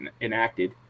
enacted